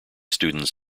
students